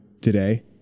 today